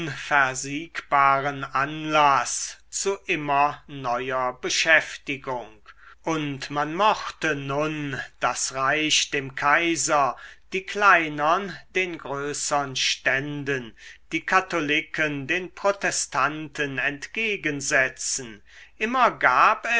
unversiegbaren anlaß zu immer neuer beschäftigung und man mochte nun das reich dem kaiser die kleinern den größern ständen die katholiken den protestanten entgegensetzen immer gab